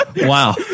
Wow